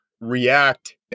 react